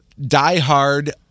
diehard